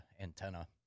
antenna